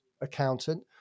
accountant